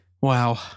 wow